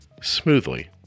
smoothly